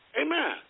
Amen